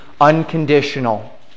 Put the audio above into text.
unconditional